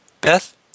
Beth